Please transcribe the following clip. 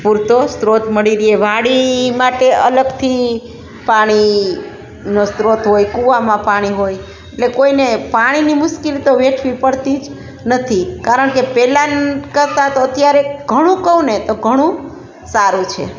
પૂરતો સ્ત્રોત મળી રહે વાડી માટે અલગથી પાણીનો સ્ત્રોત હોય કૂવામાં પાણી હોય એટલે કોઈને પાણીની મુશ્કેલી તો વેઠવી પડતી જ નથી કારણ કે પહેલાં કરતાં તો અત્યારે ઘણું કહુંને તો ઘણું સારું છે